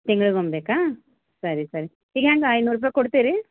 ತಿಂಗ್ಳಿಗೊಂದು ಬೇಕಾ ಸರಿ ಸರಿ ಈಗ ಹೆಂಗ ಐನೂರು ರೂಪಾಯಿ ಕೊಡ್ತೀರಾ